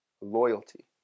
loyalty